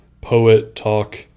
poet-talk